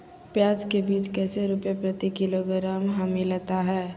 प्याज के बीज कैसे रुपए प्रति किलोग्राम हमिलता हैं?